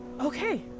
Okay